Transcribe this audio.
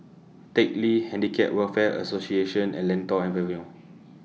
Teck Lee Handicap Welfare Association and Lentor Avenue